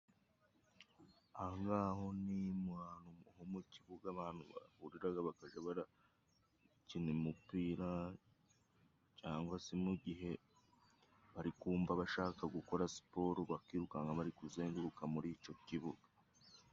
Aho ngaho ni mu hantu nko mu kibuga abantu bahurira bakajya bakina umupira, cyangwa se mu gihe barikumva bashaka gukora siporo, bakirukanka bari kuzenguruka muri icyo kibuga.